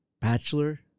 Bachelor